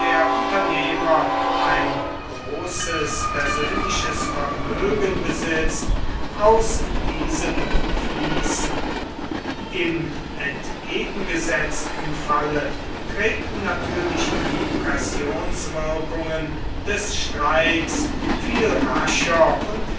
unternehmer ein großes persönliches vermögen besitzt aus diesem fließen im entgegengesetzten falle treten natürlich die pressionswirkungen des streiks viel rascher und